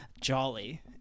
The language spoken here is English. jolly